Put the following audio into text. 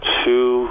two